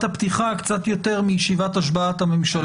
הפתיחה קצת יותר מישיבת השבעת הממשלה.